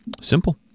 Simple